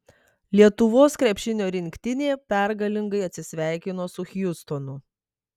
lietuvos krepšinio rinktinė pergalingai atsisveikino su hjustonu